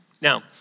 Now